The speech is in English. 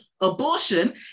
abortion